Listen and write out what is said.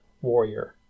warrior